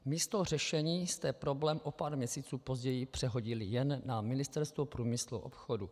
Místo řešení jste problém o pár měsíců později přehodili jen na Ministerstvo průmyslu a obchodu.